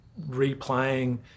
replaying